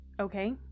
okay